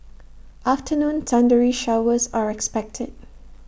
afternoon thundery showers are expected